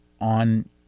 on